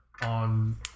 On